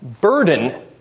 burden